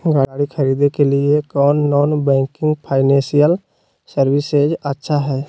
गाड़ी खरीदे के लिए कौन नॉन बैंकिंग फाइनेंशियल सर्विसेज अच्छा है?